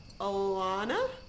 Alana